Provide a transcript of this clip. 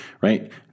right